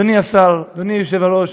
אדוני השר, אדוני היושב-ראש,